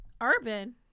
Urban